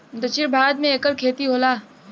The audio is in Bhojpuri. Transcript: दक्षिण भारत मे एकर खेती होला